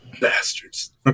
bastards